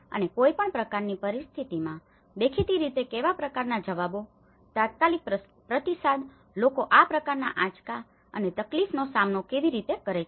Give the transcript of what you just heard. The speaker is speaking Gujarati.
અને કોઈપણ પ્રકારની પરિસ્થિતિઓમાં દેખીતી રીતે કેવા પ્રકારનાં જવાબો તાત્કાલિક પ્રતિસાદ લોકો આ પ્રકારના આંચકા અને તકલીફનો સામનો કેવી રીતે કરે છે